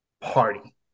party